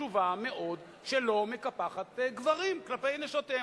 חשובה מאוד שלא מקפחת גברים כלפי נשותיהם.